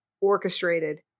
orchestrated